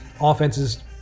offenses